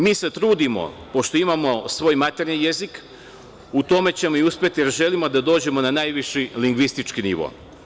Mi se trudimo, pošto imamo svoj maternji jezik, u tome ćemo i uspeti, jer želimo da dođemo na najviši lingvistički nivo.